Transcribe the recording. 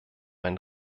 ein